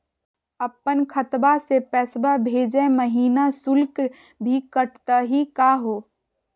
अपन खतवा से पैसवा भेजै महिना शुल्क भी कटतही का हो?